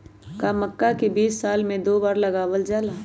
का मक्का के बीज साल में दो बार लगावल जला?